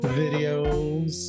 videos